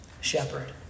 shepherd